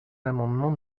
l’amendement